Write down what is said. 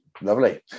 Lovely